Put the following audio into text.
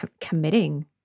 committing